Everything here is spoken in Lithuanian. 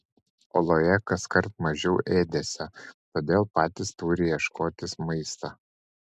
oloje kaskart mažiau ėdesio todėl patys turi ieškotis maisto